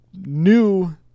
new